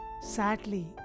sadly